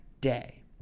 day